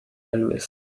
elvis